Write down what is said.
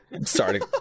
starting